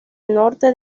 norte